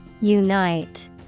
Unite